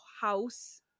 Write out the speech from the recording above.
house